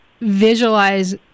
visualize